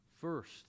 First